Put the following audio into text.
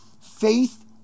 faith